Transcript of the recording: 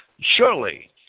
Surely